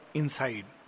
inside।